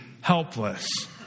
helpless